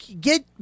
get